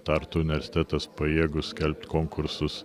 tartu universitetas pajėgus skelbt konkursus